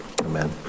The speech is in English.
Amen